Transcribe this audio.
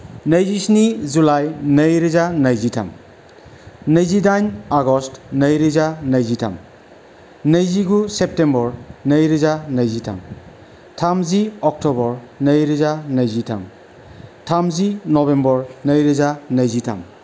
नैजिस्नि जुलाई नैरोजानैजिथाम नैजिदाइन आगष्ट नैरोजानैजिथाम नैजिगु सेप्तेम्बर नैरोजानैजिथाम थामजि अक्टबर नैरोजानैजिथाम थामजि नभेम्बर नैरोजानैजिथाम